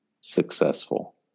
successful